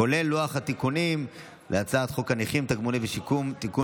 כולל לוח התיקונים להצעת חוק הנכים (תגמולים ושיקום) (תיקון